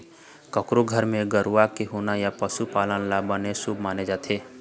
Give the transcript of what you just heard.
कखरो घर म गरूवा के होना या पशु पालन ल बने शुभ माने जाथे